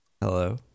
Hello